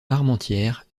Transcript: armentières